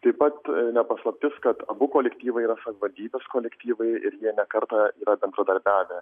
taip pat ne paslaptis kad abu kolektyvai yra savivaldybės kolektyvai ir jie ne kartą yra bendradarbiavę